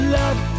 love